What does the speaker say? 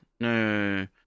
no